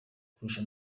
kurusha